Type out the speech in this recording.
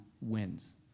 wins